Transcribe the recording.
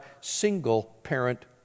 single-parent